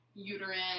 uterine